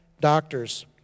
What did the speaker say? doctors